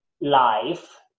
life